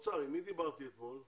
יעל.